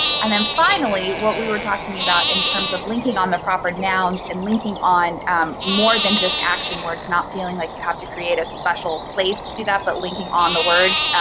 and then, finally, what we were talking about in terms of linking on the proper nouns and linking on um more than just action words, not feeling like you have to create a special place to do that, but linking on the words.